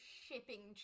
shipping